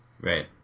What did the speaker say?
Right